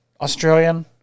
Australian